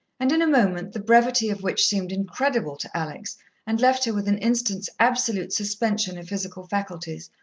and in a moment, the brevity of which seemed incredible to alex and left her with an instant's absolute suspension of physical faculties,